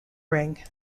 ring